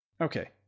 Okay